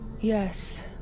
Yes